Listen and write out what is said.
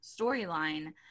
storyline